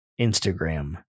Instagram